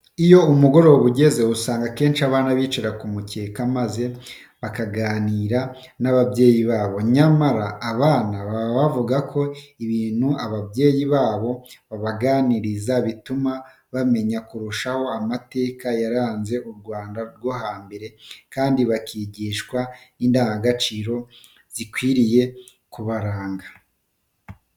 Iyo umugoroba ugeze akenshi usanga abana bicara ku mukeka maze bakaganira n'ababyeyi babo. Nyamara, aba bana bavuga ko ibintu ababyeyi babo babaganiriza bituma bamenya kurushaho amateka yaranze u Rwanda rwo hambere kandi bakigishwa n'indangagaciro zikwiye kubaranga.